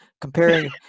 comparing